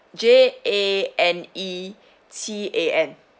J A N E C A N